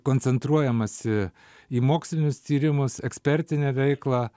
koncentruojamasi į mokslinius tyrimus ekspertinę veiklą